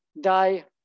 die